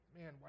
man